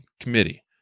Committee